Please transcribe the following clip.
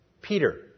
Peter